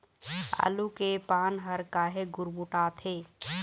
आलू के पान हर काहे गुरमुटाथे?